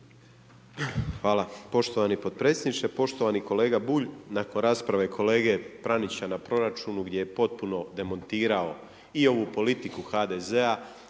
Hvala. Poštovani potpredsjedniče. Poštovani kolega Bulj, nakon rasprave kolege Pranića na proračunu gdje je potpuno demontirao i ovu politiku HDZ-a